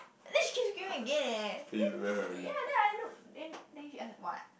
and then she keep screaming again eh then ya then I look then then she ask like what